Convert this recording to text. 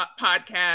podcast